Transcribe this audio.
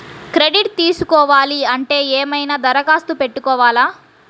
Credit తీసుకోవాలి అంటే ఏమైనా దరఖాస్తు పెట్టుకోవాలా?